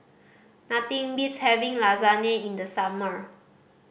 nothing beats having Lasagne in the summer